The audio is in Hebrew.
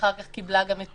ואחר כך קיבלה גם את